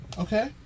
okay